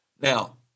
Now